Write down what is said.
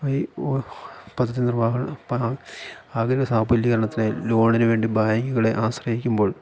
ആ ഈ പദ്ധതിനിർവ്വഹണം ആഗ്രഹ സാഫല്യകരണത്തിനായി ലോണിനുവേണ്ടി ബാങ്കുകളെ ആശ്രയിക്കുമ്പോൾ